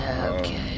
Okay